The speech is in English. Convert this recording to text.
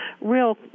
real